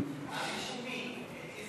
אז בשביל מי?